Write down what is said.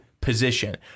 position